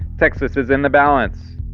texas is in the balance.